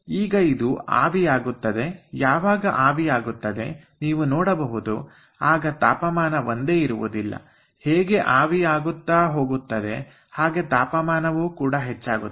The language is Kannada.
ಈಗ ಇದು ಆವಿ ಆಗುತ್ತದೆ ಯಾವಾಗ ಆವಿ ಆಗುತ್ತದೆ ನೀವು ನೋಡಬಹುದು ಆಗ ತಾಪಮಾನ ಒಂದೇ ಇರುವುದಿಲ್ಲ ಹೇಗೆ ಆವಿ ಆಗುತ್ತಾ ಹೋಗುತ್ತದೆ ಹಾಗೆ ತಾಪಮಾನವು ಕೂಡ ಹೆಚ್ಚಾಗುತ್ತದೆ